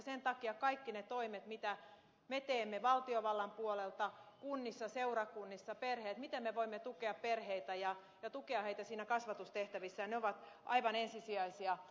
sen takia kaikki ne toimet mitä me teemme valtiovallan puolelta kunnissa seurakunnissa perheet miten me voimme tukea perheitä ja tukea heitä kasvatustehtävissä ne ovat aivan ensisijaisia